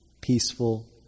peaceful